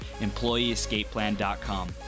EmployeeEscapePlan.com